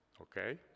Okay